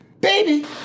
Baby